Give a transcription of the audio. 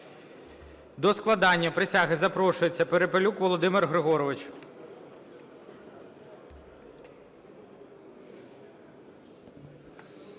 До складення присяги запрошується Перепелюк Володимир Григорович.